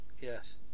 Yes